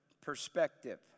perspective